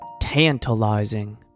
tantalizing